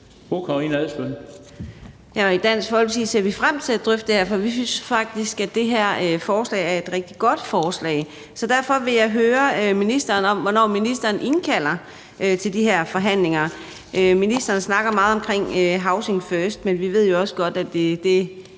I Dansk Folkeparti ser vi frem til at drøfte det her, for vi synes faktisk, at det her forslag er et rigtig godt forslag, så derfor vil jeg høre ministeren, hvornår ministeren indkalder til de her forhandlinger. Ministeren snakker meget om housing first, men vi ved jo også godt, at det